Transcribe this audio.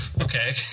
Okay